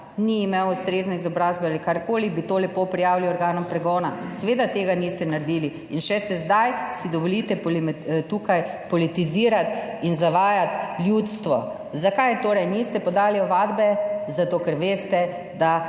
ni imel ustrezne izobrazbe ali karkoli, bi to lepo prijavili organom pregona. Seveda tega niste naredili in še zdaj si dovolite tukaj politizirati in zavajati ljudstvo. Zakaj torej niste podali ovadbe? Zato ker veste, da